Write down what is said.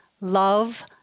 love